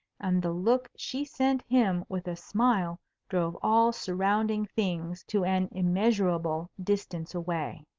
and the look she sent him with a smile drove all surrounding things to an immeasurable distance away.